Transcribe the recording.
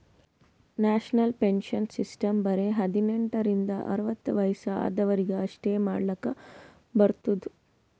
national pension system ಬರೆ ಹದಿನೆಂಟ ರಿಂದ ಅರ್ವತ್ ವಯಸ್ಸ ಆದ್ವರಿಗ್ ಅಷ್ಟೇ ಮಾಡ್ಲಕ್ ಬರ್ತುದ್